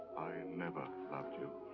never loved you.